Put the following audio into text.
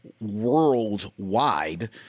worldwide